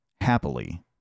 happily